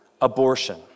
abortion